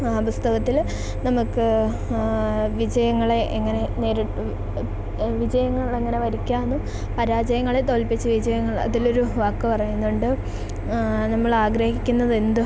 ആ പുസ്തകത്തിൽ നമുക്ക് വിജയങ്ങളെ എങ്ങനെ നേരിട്ടും വിജയങ്ങളെങ്ങനെ വരിക്കാമെന്നും പരാജയങ്ങളെ തോൽപ്പിച്ച് വിജയങ്ങൾ അതിലൊരു വാക്ക് പറയുന്നുണ്ട് നമ്മളാഗ്രഹിക്കുന്നതെന്തും